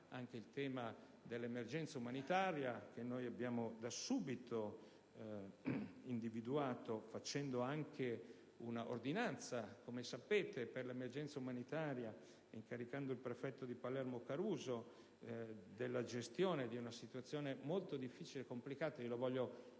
anche il tema dell'emergenza umanitaria che noi abbiamo da subito individuato, emanando anche, come sapete, una ordinanza per l'emergenza umanitaria e incaricando il prefetto di Palermo Caruso della gestione di una situazione molto difficile e complicata. Voglio pubblicamente